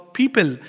people